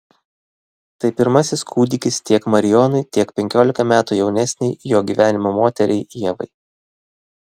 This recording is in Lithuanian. tai pirmasis kūdikis tiek marijonui tiek penkiolika metų jaunesnei jo gyvenimo moteriai ievai